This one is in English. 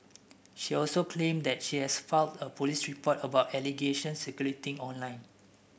she also claimed that she has filed a police report about allegations circulating online